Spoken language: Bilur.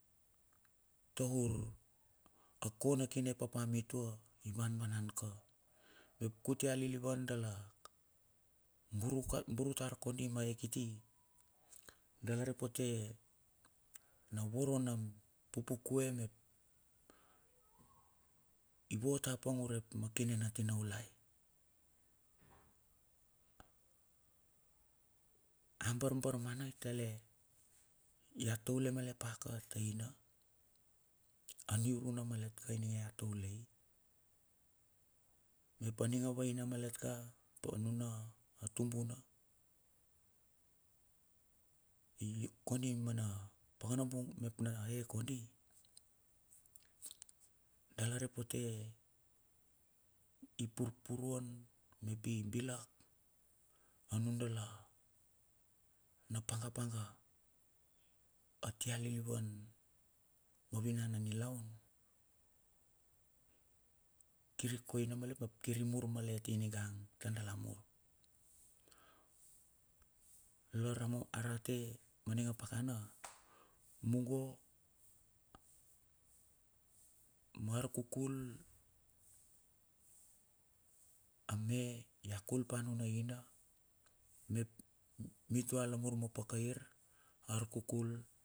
Taur a kona kine papa mutua i vanvanan ka. Mep kuti aliuvan dala buru tar kondi maea kiti. Dala repote na voro na pupukue mepi vot a pang urep ma kine na tinaulai. A barbarmana i tale, ya taule malet pa ka taina, a niuruna malet ka ininge ya taulai, mep aning a vaina malet ka aniuruna, atumbuna, i kondi ma na pakanabung mep na ea kondi, dala repote i purpuruan mep i bilak a nudala na panga panga a tia lilivan ma vinan na nilaun, kir i koina malet ap kir i mur malet i ningang tar dala mur. Lar a rate maning a pakana, mungo ma arkukul a me ya kul pa nuna aina mep mitua la mur o paka ir arkukul.